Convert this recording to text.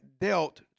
dealt